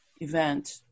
event